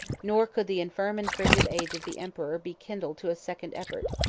nor could the infirm and frigid age of the emperor be kindled to a second effort.